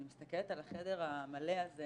אני מסתכלת על החדר המלא הזה